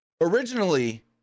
originally